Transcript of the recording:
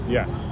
Yes